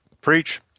Preach